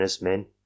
men